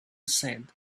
said